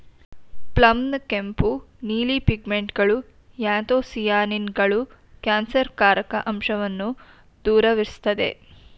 ಪ್ಲಮ್ನ ಕೆಂಪು ನೀಲಿ ಪಿಗ್ಮೆಂಟ್ಗಳು ಆ್ಯಂಥೊಸಿಯಾನಿನ್ಗಳು ಕ್ಯಾನ್ಸರ್ಕಾರಕ ಅಂಶವನ್ನ ದೂರವಿರ್ಸ್ತದೆ